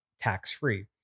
tax-free